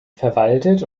verwaltet